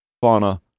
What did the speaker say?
Fauna